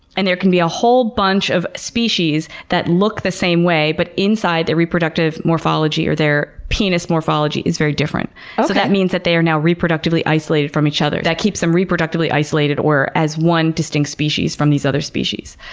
and there can be a whole bunch of species that look the same way, but inside, the reproductive morphology or their penis morphology is very different. so that means that they are now reproductively isolated from each other. that keeps them reproductively isolated or as one distinct species from these other species.